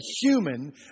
human